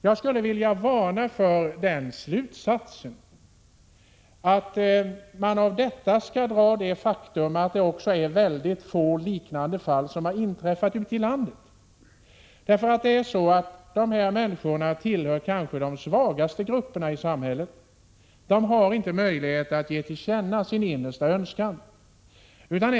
Jag skulle vilja varna för att man av detta förhållande drar den slutsatsen att det är få liknande fall som har inträffat i landet. De människor det här gäller tillhör de svagaste grupperna i samhället. De har inte möjlighet att ge till känna sin innersta önskan.